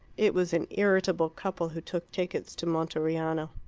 it was an irritable couple who took tickets to monteriano.